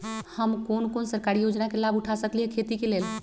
हम कोन कोन सरकारी योजना के लाभ उठा सकली ह खेती के लेल?